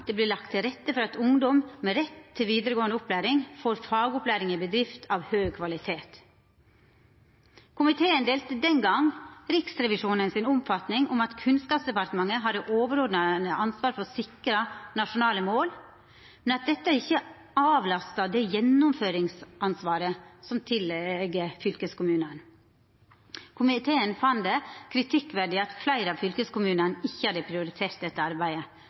det vart lagt til rette for at ungdom med rett til vidaregåande opplæring fekk fagopplæring i bedrift av høg kvalitet. Komiteen delte den gongen Riksrevisjonens oppfatning, at Kunnskapsdepartementet har det overordna ansvaret for å sikra nasjonale mål, men at dette ikkje avlastar det gjennomføringsansvaret som ligg til fylkeskommunane. Komiteen fann det kritikkverdig at fleire av fylkeskommunane ikkje hadde prioritert dette arbeidet.